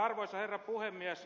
arvoisa herra puhemies